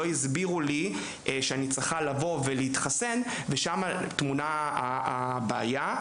הסבירו לה שהיא צריכה להתחסן אז שם טמונה הבעיה.